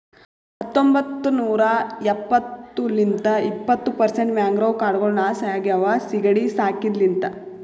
ಹತೊಂಬತ್ತ ನೂರಾ ಎಂಬತ್ತು ಲಿಂತ್ ಇಪ್ಪತ್ತು ಪರ್ಸೆಂಟ್ ಮ್ಯಾಂಗ್ರೋವ್ ಕಾಡ್ಗೊಳ್ ನಾಶ ಆಗ್ಯಾವ ಸೀಗಿಡಿ ಸಾಕಿದ ಲಿಂತ್